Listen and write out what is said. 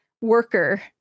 worker